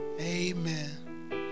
amen